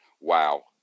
wow